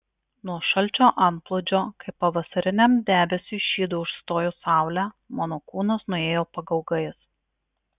nuo šalčio antplūdžio kaip pavasariniam debesiui šydu užstojus saulę mano kūnas nuėjo pagaugais